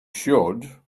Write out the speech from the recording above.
should